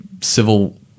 civil